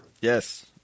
Yes